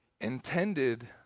Intended